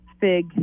Fig